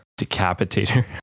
decapitator